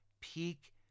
peak